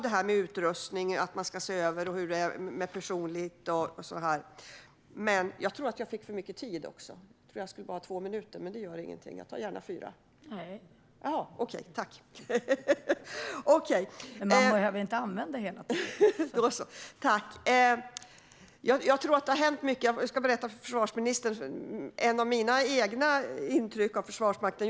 Det är bra att man ska se över personlig utrustning. Jag tror att det har hänt mycket. Jag ska berätta om mina egna intryck av Försvarsmakten.